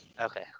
Okay